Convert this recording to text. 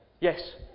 Yes